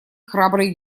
храбрый